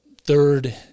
third